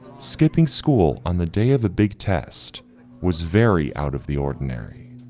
skipping school on the day of a big test was very out of the ordinary.